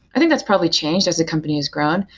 i think that's probably changed as the company has grown,